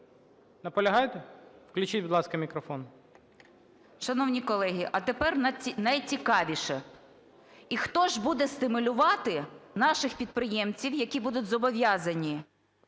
наполягаєте? Включіть, будь ласка, мікрофон. 15:25:18 ЮЖАНІНА Н.П. Шановні колеги, а тепер найцікавіше. І хто ж буде стимулювати наших підприємців, які будуть зобов'язані